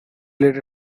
later